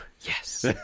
yes